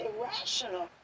irrational